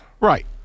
Right